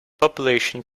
population